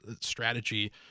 strategy